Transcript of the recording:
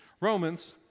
Romans